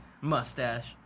mustache